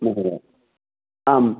महोदय आम्